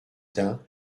dain